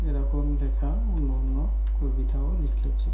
এরকম লেখা অন্য অন্য কবিতাও লিখেছে